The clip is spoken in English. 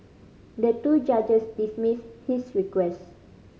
the two judges dismissed his request